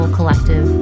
Collective